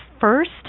first